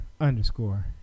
underscore